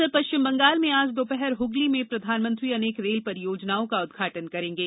उधर पश्चिम बंगाल में आज दोपहर हगली में प्रधानमंत्री अनेक रेल परियोजनाओं का उद्घघाटन करेंगे